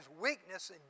weakness